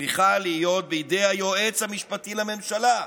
צריכה להיות בידי היועץ המשפטי לממשלה".